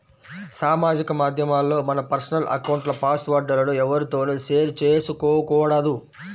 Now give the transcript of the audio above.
సామాజిక మాధ్యమాల్లో మన పర్సనల్ అకౌంట్ల పాస్ వర్డ్ లను ఎవ్వరితోనూ షేర్ చేసుకోకూడదు